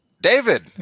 David